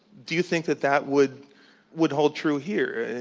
do you think that that would would hold true here?